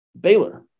Baylor